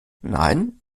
nein